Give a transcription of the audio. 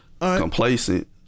complacent